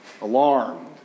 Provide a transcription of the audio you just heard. alarmed